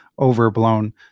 overblown